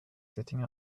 sitting